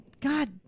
god